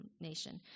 nation